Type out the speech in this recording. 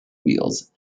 wheels